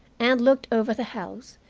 and looked over the house,